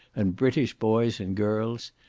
and british boys and girls.